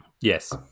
Yes